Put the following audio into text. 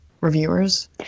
reviewers